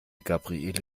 gabriele